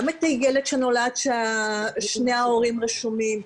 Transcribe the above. גם את הילד שנולד ששני ההורים רשומים,